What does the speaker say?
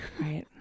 right